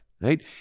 right